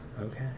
Okay